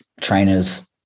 trainers